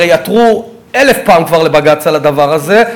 הרי עתרו אלף פעם כבר לבג"ץ על הדבר הזה.